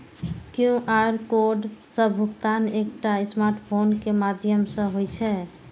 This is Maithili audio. क्यू.आर कोड सं भुगतान एकटा स्मार्टफोन के माध्यम सं होइ छै